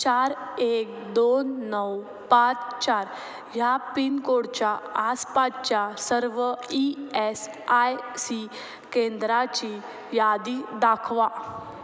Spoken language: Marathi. चार एक दोन नऊ पाच चार ह्या पिनकोडच्या आसपासच्या सर्व ई एस आय सी केंद्राची यादी दाखवा